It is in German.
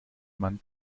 man